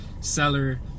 seller